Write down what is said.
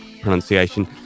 pronunciation